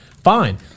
fine